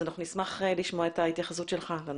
אנחנו נשמח לשמוע את ההתייחסות שלך לנושא.